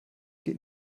geht